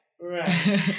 Right